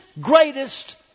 greatest